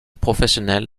professionnelle